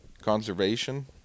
conservation